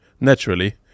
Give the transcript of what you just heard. naturally